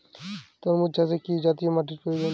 তরমুজ চাষে কি জাতীয় মাটির প্রয়োজন?